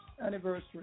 anniversary